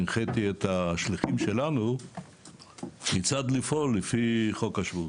הנחיתי את השליחים שלנו כיצד לפעול לפי חוק השבות.